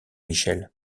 michel